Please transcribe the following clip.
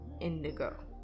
indigo